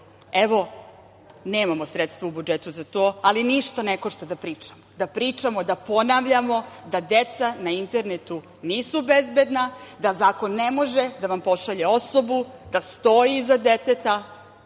Evo, nemamo sredstva u budžetu za to, ali ništa ne košta da pričamo, da ponavljamo, da deca na internetu nisu bezbedna, da zakon ne može da vam pošalje osobu da stoji iza deteta,